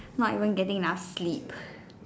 not even getting enough sleep